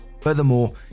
Furthermore